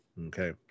okay